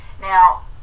Now